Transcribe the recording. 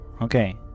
okay